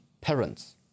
parents